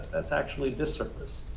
that's actually disservice.